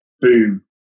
boom